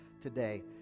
today